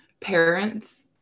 parents